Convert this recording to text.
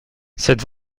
cette